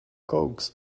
coax